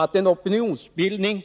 Att en opinionsbildning